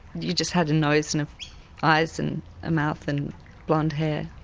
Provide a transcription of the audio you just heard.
you just had a nose, and eyes and a mouth and blond hair.